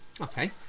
Okay